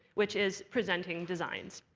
which is presenting designs.